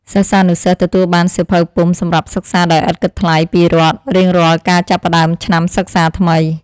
សិស្សានុសិស្សទទួលបានសៀវភៅពុម្ពសម្រាប់សិក្សាដោយឥតគិតថ្លៃពីរដ្ឋរៀងរាល់ការចាប់ផ្តើមឆ្នាំសិក្សាថ្មី។